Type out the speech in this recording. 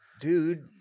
dude